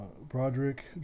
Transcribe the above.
Broderick